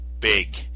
big